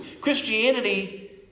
Christianity